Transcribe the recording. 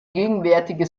gegenwärtige